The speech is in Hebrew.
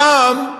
הפעם,